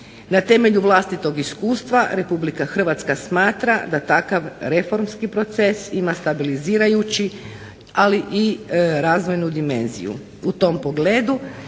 Na temelju vlastitog iskustva RH smatra da takav reformski proces ima stabilizirajući ali i razvojnu dimenziju.